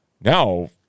Now